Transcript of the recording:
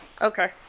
okay